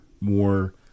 more